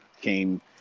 came